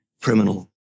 criminal